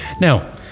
Now